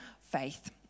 faith